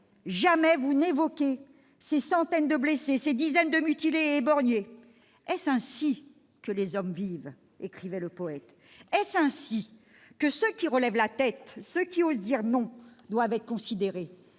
Jamais vous n'évoquez ces centaines de blessés, ces dizaines de mutilés et d'éborgnés. « Est-ce ainsi que les hommes vivent ?» écrivait le poète. Est-ce ainsi que ceux qui relèvent la tête, ceux qui osent dire « non » doivent être considérés ?